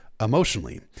emotionally